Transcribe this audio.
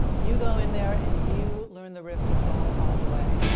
you go in there and you learn the riff from, go all the way.